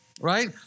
right